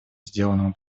сделанному